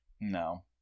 No